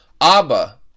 Abba